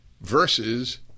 versus